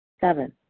Seven